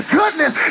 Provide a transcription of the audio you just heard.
goodness